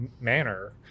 manner